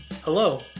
Hello